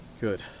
Good